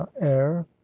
air